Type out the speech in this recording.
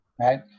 right